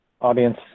audience